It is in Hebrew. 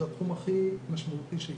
התחום הכי משמעותי שיש,